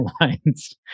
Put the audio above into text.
lines